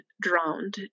drowned